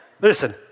listen